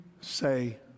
say